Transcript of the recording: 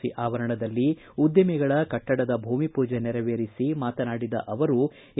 C ಆವರಣದಲ್ಲಿ ಉದ್ದಿಮೆಗಳ ಕಟ್ಟಡದ ಭೂಮಿಪೂಜೆಯನ್ನು ನೆರವೇರಿಸಿ ಮಾತನಾಡಿದರು ಅವರು ಎ